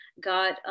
got